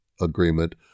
agreement